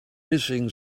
hissing